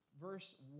verse